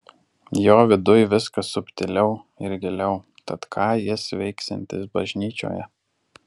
jo viduj viskas subtiliau ir giliau tad ką jis veiksiantis bažnyčioje